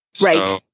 Right